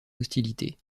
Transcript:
hostilités